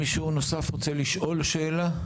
מישהו נוסף רוצה לשאול שאלה?